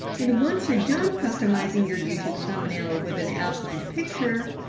and once you're done customizing your youtube thumbnail with an outlined picture,